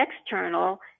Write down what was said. external